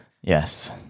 Yes